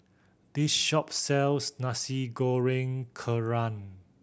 this shop sells Nasi Goreng Kerang